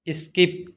skip